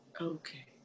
Okay